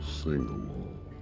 sing-along